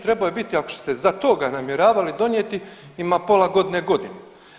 Trebao je biti ako ste ga za to namjeravali donijeti ima pola godine, godinu.